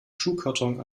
schuhkarton